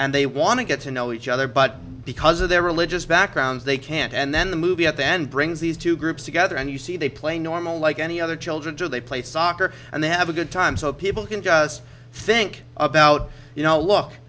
and they want to get to know each other but because of their religious backgrounds they can't and then the movie at the end brings these two groups together and you see they play normal like any other children do they play soccer and they have a good time so people can think about you know look